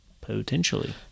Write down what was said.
Potentially